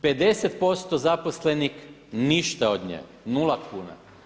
50% zaposlenih ništa od nje, 0 kuna.